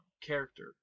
character